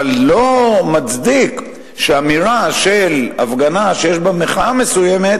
אבל זה לא מצדיק שאמירה של הפגנה שיש בה מחאה מסוימת